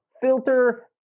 filter